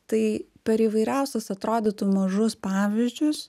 tai per įvairiausius atrodytų mažus pavyzdžius